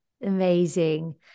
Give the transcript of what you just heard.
amazing